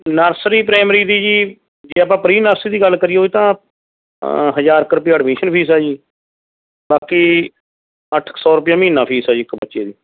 nursery primary ਦੀ ਜੀ ਜੇ ਆਪਾਂ ਪ੍ਰੀ ਨਰਸਰੀ ਦੀ ਗੱਲ ਕਰੀਏ ਉਹ 'ਚ ਤਾਂ ਹਜ਼ਾਰ ਕੁ ਰੁਪਇਆ ਐਡਮਿਸ਼ਨ ਫੀਸ ਹੈ ਜੀ ਬਾਕੀ ਅੱਠ ਕੁ ਸੌ ਰੁਪਇਆ ਮਹੀਨਾ ਫੀਸ ਆ ਜੀ ਇੱਕ ਬੱਚੇ ਦੀ